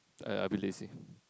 uh I've been lazy